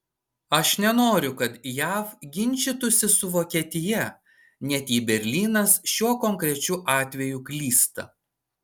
aš nenoriu kad jav ginčytųsi su vokietija net jei berlynas šiuo konkrečiu atveju klysta